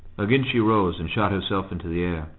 again she rose, and shot herself into the air,